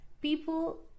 people